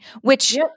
which-